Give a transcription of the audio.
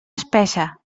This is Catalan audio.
espessa